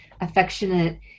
affectionate